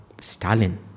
Stalin